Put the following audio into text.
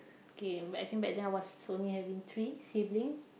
K I think back then I was only having three sibling